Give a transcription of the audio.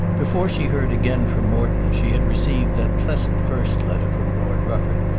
before she heard again from morton she had received that pleasant first letter from lord rufford,